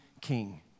king